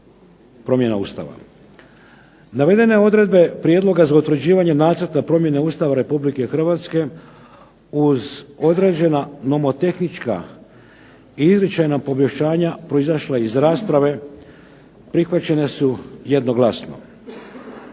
promjene Ustava. Navedene odredbe prijedloga za utvrđivanje nacrta promjene Ustava Republike Hrvatske, uz određena nomotehnička i izričajna poboljšanja proizašla iz rasprave prihvaćene su jednoglasno.